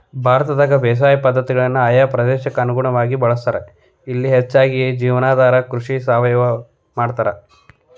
ಭಾರತದಾಗ ಬೇಸಾಯ ಪದ್ಧತಿಗಳನ್ನ ಆಯಾ ಪ್ರದೇಶಕ್ಕ ಅನುಗುಣವಾಗಿ ಬಳಸ್ತಾರ, ಇಲ್ಲಿ ಹೆಚ್ಚಾಗಿ ಜೇವನಾಧಾರ ಕೃಷಿ, ಸಾವಯವ ಕೃಷಿ ಮಾಡ್ತಾರ